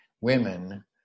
women